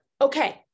Okay